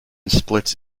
splits